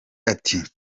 ati